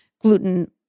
gluten